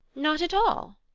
not at all?